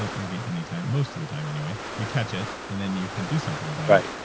ah maybe anytime, most of the time anyway, you catch it and then you can do something about it,